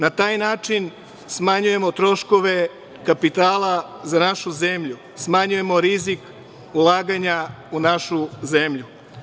Na taj način smanjujemo troškove kapitala za našu zemlju, smanjujemo rizik ulaganja u našu zemlju.